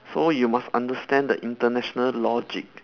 so you must understand the international logic